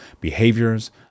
behaviors